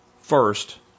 first